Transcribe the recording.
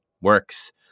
works